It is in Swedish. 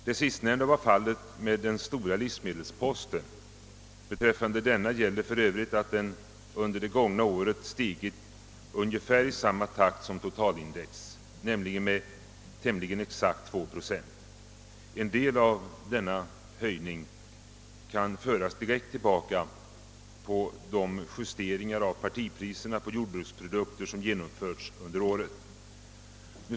Det sistnämnda var fallet med den stora livsmedelsposten. Beträffande denna gäller för övrigt att den under det gångna året stigit i ungefär samma takt som totalindex, nämligen med tämligen exakt 2 procent. En del av denna höjning kan föras direkt tillbaka på de justeringar av partipriserna på jordbruksprodukter som genomförts under året.